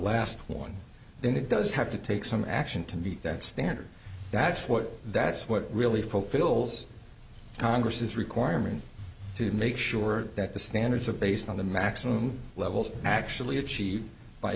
last one then it does have to take some action to meet that standard that's what that's what really fulfills congress's requirement to make sure that the standards are based on the maximum levels actually achieved by